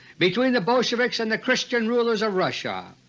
between the bolsheviks and the christian rulers of russia.